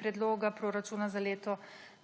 predloga proračuna za leto